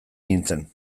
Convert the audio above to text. nintzen